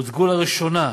הוצגו לראשונה,